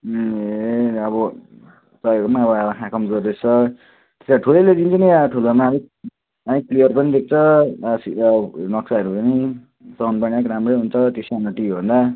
ए अब तपाईँको पनि एउटा आँखा कमजोरी रहेछ त्यसो भए ठुलै ल्याइदिन्छु नि अब ठुलोमा अलिक अलिक क्लियर पनि देख्छ नक्साहरू पनि साउन्ड पनि अलिक राम्रै हुन्छ सानो टिभीभन्दा